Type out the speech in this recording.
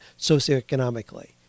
socioeconomically